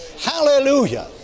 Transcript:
Hallelujah